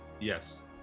Yes